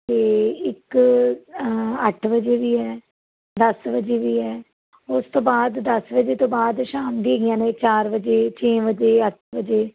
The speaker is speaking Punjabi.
ਅਤੇ ਇੱਕ ਅੱਠ ਵਜੇ ਵੀ ਹੈ ਦਸ ਵਜੇ ਵੀ ਹੈ ਉਸ ਤੋਂ ਬਾਅਦ ਦਸ ਵਜੇ ਤੋਂ ਬਾਅਦ ਸ਼ਾਮ ਦੀ ਹੈਗੀਆਂ ਨੇ ਚਾਰ ਵਜੇ ਛੇ ਵਜੇ ਅੱਠ ਵਜੇ